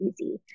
easy